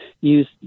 use